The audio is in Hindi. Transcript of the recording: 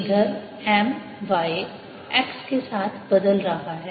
इधर M y X के साथ बदल रहा है